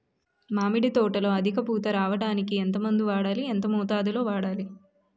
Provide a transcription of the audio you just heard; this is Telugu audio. మామిడి తోటలో అధిక పూత రావడానికి ఎంత మందు వాడాలి? ఎంత మోతాదు లో వాడాలి?